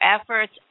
efforts